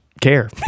care